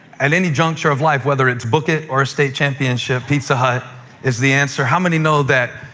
at any juncture of life, whether it's book it! or a state championship, pizza hut is the answer. how many know that